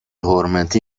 حرمتی